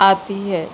آتی ہے